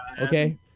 Okay